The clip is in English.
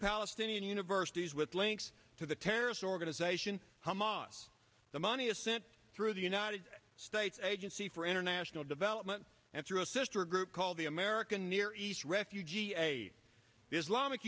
palestinian universities with links to the terrorist organization hamas the money is sent through the united states agency for international development and through a sister group called the american near east refugee aid islamic